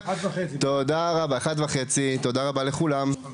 תודה רבה לכולם.